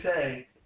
say